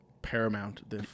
paramount